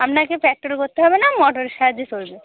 আপনাকে প্যাডেলও করতে হবে না মোটরের সাহায্যে চলবে